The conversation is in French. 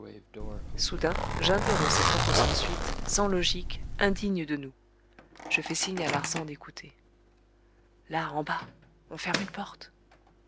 soudain j'interrompis ces propos sans suite sans logique indignes de nous je fais signe à larsan d'écouter là en bas on ferme une porte